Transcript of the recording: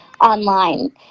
online